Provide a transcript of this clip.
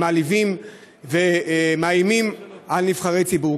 מעליבים ומאיימים על נבחרי ציבור.